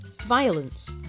Violence